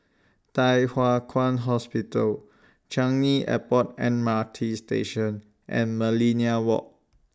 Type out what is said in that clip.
Thye Hua Kwan Hospital Changi Airport M R T Station and Millenia Walk